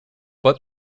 but